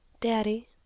Daddy